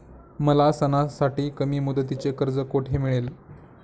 मला सणासाठी कमी मुदतीचे कर्ज कोठे मिळेल?